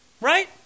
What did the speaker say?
Right